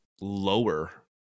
lower